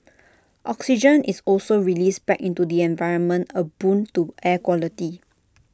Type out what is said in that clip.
oxygen is also released back into the environment A boon to air quality